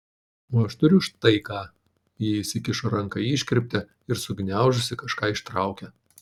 o aš turiu štai ką ji įsikišo ranką į iškirptę ir sugniaužusi kažką ištraukė